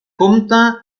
compta